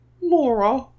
Laura